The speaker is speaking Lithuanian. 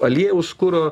aliejaus kuro